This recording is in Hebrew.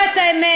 תאמר את האמת,